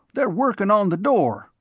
they're workin' on the door,